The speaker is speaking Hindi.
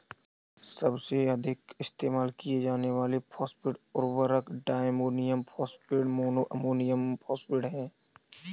सबसे अधिक इस्तेमाल किए जाने वाले फॉस्फेट उर्वरक diammonium phosphate, mono ammonium phosphate हैं